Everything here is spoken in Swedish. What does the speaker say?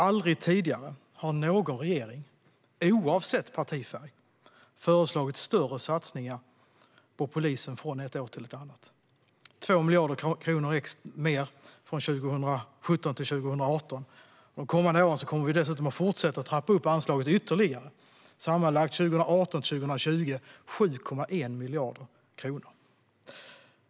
Aldrig tidigare har någon regering, oavsett partifärg, föreslagit större satsningar på polisen från ett år till ett annat - 2 miljarder kronor mer från 2017 till 2018. De kommande åren kommer vi dessutom att fortsätta trappa upp anslaget ytterligare. Sammanlagt för 2018-2020 handlar det om 7,1 miljarder kronor.